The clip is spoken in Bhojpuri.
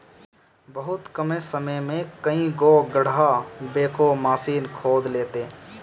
बहुते कम समय में कई गो गड़हा बैकहो माशीन खोद देले